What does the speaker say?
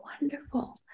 wonderful